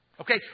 Okay